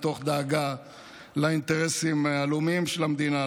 מתוך דאגה לאינטרסים הלאומים של המדינה,